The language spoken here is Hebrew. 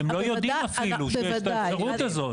הם לא יודעים אפילו שיש את האפשרות הזאת.